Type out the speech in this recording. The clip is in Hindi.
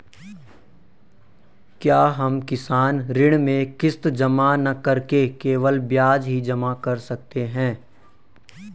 क्या हम किसान ऋण में किश्त जमा न करके केवल ब्याज ही जमा कर सकते हैं?